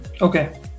Okay